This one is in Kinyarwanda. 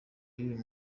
y’uyu